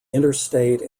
interstate